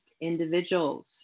Individuals